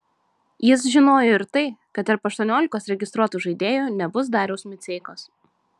jis žinojo ir tai kad tarp aštuoniolikos registruotų žaidėjų nebus dariaus miceikos